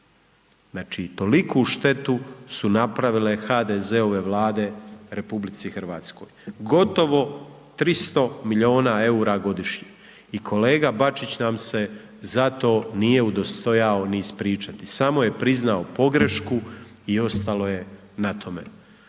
znači, toliku štetu su napravile HDZ-ove Vlade RH, gotovo 300 milijuna EUR-a godišnje i kolega Bačić nam se za to nije udostojao ni ispričati, samo je priznao pogrešku i ostalo je na tome.